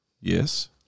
Yes